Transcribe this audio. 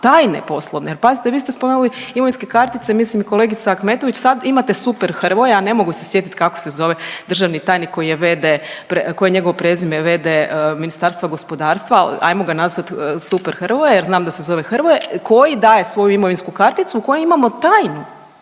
tajne poslovne. Jer pazite, vi ste spomenuli imovinske kartice, mislim i kolegica Ahmetović sad imate Super Hrvoja, ne mogu se sjetiti kako se zove državni tajnik koji je v.d., koje je njegovo prezime v.d. Ministarstva gospodarstva ali hajmo ga nazvati Super Hrvoje jer znam da se zove Hrvoje koji daje svoju imovinsku karticu u kojoj imamo tajnu,